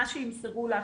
מה שימסרו לך,